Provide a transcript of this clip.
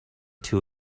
too